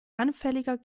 anfälliger